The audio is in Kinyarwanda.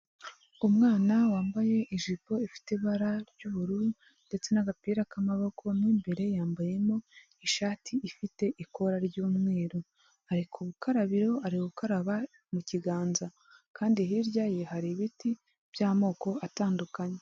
Umwana wambaye ijipo ifite ibara ry'ubururu ndetse n'agapira k'amaboko, mu imbere yambayemo ishati ifite ikora ry'umweru, ari ku rukarabiro ari gukaraba mu kiganza kandi hirya ye hari ibiti by'amoko atandukanye.